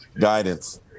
guidance